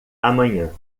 amanhã